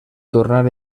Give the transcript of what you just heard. tornar